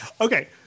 Okay